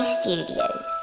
Studios